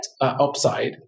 upside